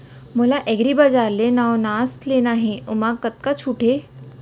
मोला एग्रीबजार ले नवनास लेना हे ओमा कतका छूट हे?